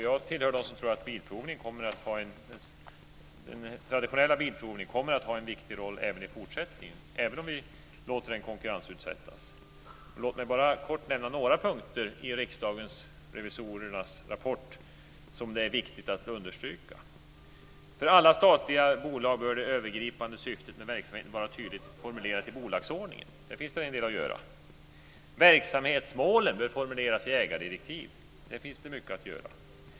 Jag tillhör dem som tror att den traditionella bilprovningen kommer att ha en viktig roll även i fortsättningen, även om vi låter den konkurrensutsättas. Låt mig bara kortfattat nämna några punkter i Riksdagens revisorers rapport som det är viktigt att understryka. För alla statliga bolag bör det övergripande syftet med verksamheten vara tydligt formulerat i bolagsordningen. Där finns det en del att göra. Verksamhetsmålen bör formuleras i ägardirektiv. Där finns det mycket att göra.